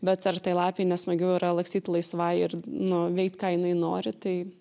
bet ar tai lapei nesmagiau yra lakstyt laisvai ir nu veikt ką jinai nori tai